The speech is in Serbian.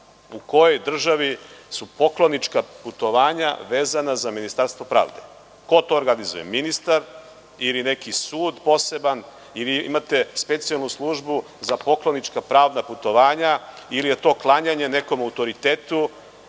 U kojoj državi su poklonička putovanja vezana za Ministarstvo pravde? Ko to organizuje? Ministar ili neki poseban sud ili imate posebnu službu za poklonička pravna putovanja ili je to klanjanje nekom autoritetu? Voleo